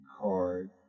card